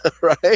right